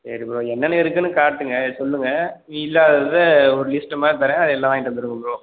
சரி ப்ரோ என்னென்ன இருக்குதுன்னு காட்டுங்கள் சொல்லுங்கள் இல்லாததை ஒரு லிஸ்ட்டு மாதிரி தரேன் அது எல்லாம் வாங்கிட்டு வந்துடுங்க ப்ரோ